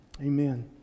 Amen